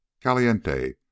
Caliente